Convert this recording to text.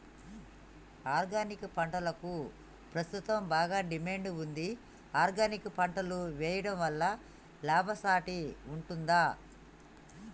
Organic పంటలకు ప్రస్తుతం బాగా డిమాండ్ ఉంది ఆర్గానిక్ పంటలు వేయడం వల్ల లాభసాటి ఉంటుందా?